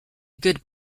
good